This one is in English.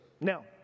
Now